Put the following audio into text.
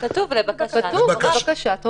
כתוב, לבקשת הוריו.